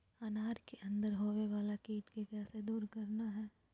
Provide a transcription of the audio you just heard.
अनार के अंदर होवे वाला कीट के कैसे दूर करना है?